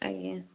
ଆଜ୍ଞା